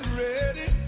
ready